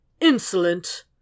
Insolent